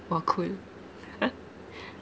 !wah! cool